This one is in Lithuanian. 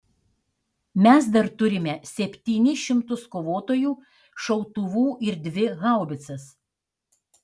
mes dar turime septynis šimtus kovotojų šautuvų ir dvi haubicas